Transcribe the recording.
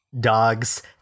dogs